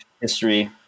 history